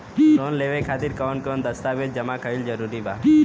Loan लेवे खातिर कवन कवन दस्तावेज जमा कइल जरूरी बा?